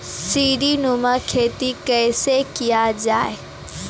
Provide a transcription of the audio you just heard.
सीडीनुमा खेती कैसे किया जाय?